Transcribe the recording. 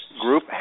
group